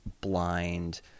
blind